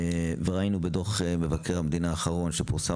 וראינו בדוח מבקר המדינה האחרון שפורסם